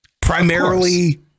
primarily